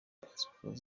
pasiporo